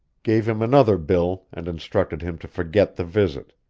gave him another bill and instructed him to forget the visit,